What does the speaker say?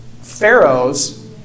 Pharaohs